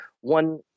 one